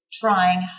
trying